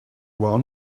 want